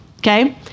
Okay